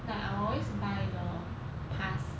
like I always buy the pass